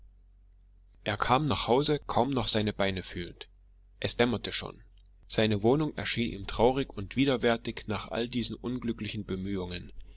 er kam nach hause kaum noch seine beine fühlend es dämmerte schon seine wohnung erschien ihm traurig und widerwärtig nach all diesen unglücklichen bemühungen